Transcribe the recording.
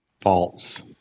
False